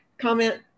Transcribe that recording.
comment